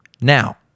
Now